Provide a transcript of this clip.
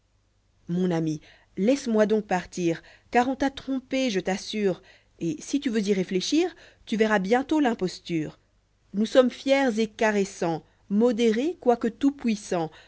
mon ami laisse-moi donc partir car on t'a trompé je t'assure et si tu veux y réfléchir tu verras bientôt l'imposture nous sommes fiers et caressants modérés quoique tout-puissants